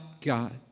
God